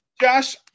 Josh